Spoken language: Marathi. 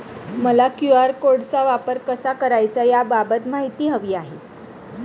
मला क्यू.आर कोडचा वापर कसा करायचा याबाबत माहिती हवी आहे